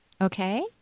Okay